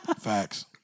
Facts